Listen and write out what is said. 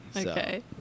Okay